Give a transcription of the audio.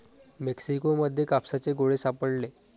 Mexico मध्ये कापसाचे गोळे सापडले